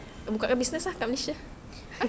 I